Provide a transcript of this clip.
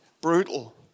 brutal